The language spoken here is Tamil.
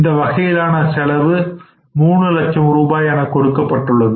இந்த வகையிலான செலவு 3 லட்சம் ரூபாய் என கொடுக்கப்பட்டுள்ளது